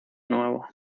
nuevo